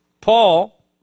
Paul